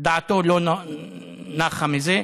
דעתם לא נוחה מזה.